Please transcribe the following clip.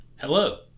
Hello